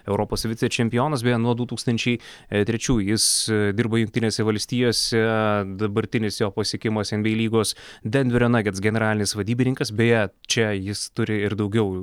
europos vicečempionas beje nuo du tūkstančiai trečiųjų jis dirba jungtinėse valstijose dabartinis jo pasiekimas enbyei lygos denverio nagets generalinis vadybininkas beje čia jis turi ir daugiau